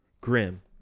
Grim